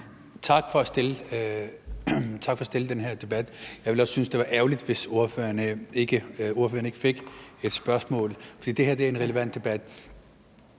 Tak for at rejse den her debat. Jeg ville også synes, det var ærgerligt, hvis ordføreren ikke fik et spørgsmål, for det her er en relevant debat.